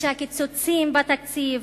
והקיצוצים בתקציב,